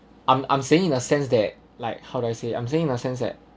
I'm I'm saying in a sense that like how do I say I'm saying in a sense that